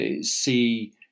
see